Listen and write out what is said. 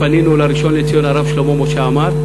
פנינו לראשון לציון הרב שלמה משה עמאר,